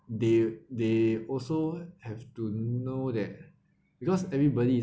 they they also have to know that because everybody is